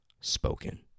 spoken